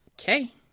Okay